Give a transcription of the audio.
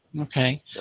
Okay